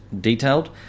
detailed